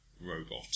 robot